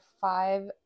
five